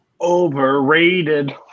Overrated